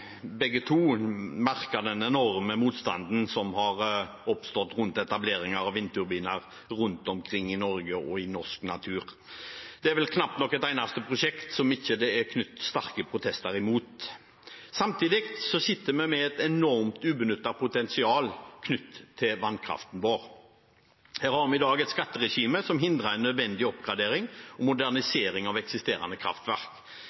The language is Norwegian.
begge to, merket den enorme motstanden som har oppstått rundt etableringen av vindturbiner rundt omkring i Norge og i norsk natur. Det er vel knapt nok et eneste prosjekt som det ikke er knyttet sterke protester til. Samtidig sitter vi med et enormt ubenyttet potensial knyttet til vannkraften vår. Her har vi i dag et skatteregime som hindrer en nødvendig oppgradering og modernisering av eksisterende kraftverk.